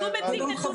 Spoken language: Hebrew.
אז הוא מציג נתונים?